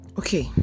okay